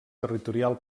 territorial